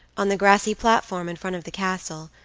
on the grassy platform in front of the castle,